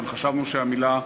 אבל חשבנו שהמילה "מעביד"